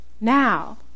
now